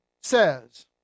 says